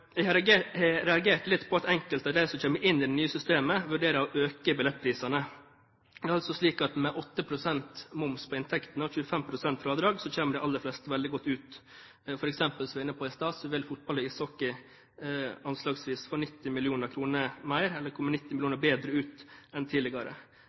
Jeg har reagert litt på at enkelte av dem som kommer inn i det nye systemet, vurderer å øke billettprisene. Nå er det altså slik at med 8 pst. moms på inntekten og 25 pst. fradrag kommer de aller fleste godt ut. Som vi f.eks. var inne på i stad, vil fotball og ishockey anslagsvis få 90 mill. kr mer, eller komme